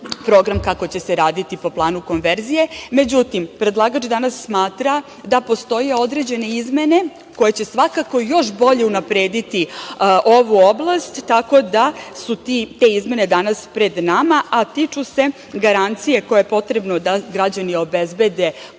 program kako će se raditi po planu konverzije. Međutim, predlagač danas smatra da postoje određene izmene koje će svakako još bolje unaprediti ovu oblast, tako da su danas te izmene pred nama, a tiču se garancije koja je potrebna da građani obezbede